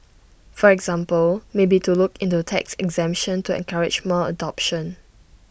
for example maybe to look into tax exemption to encourage more adoption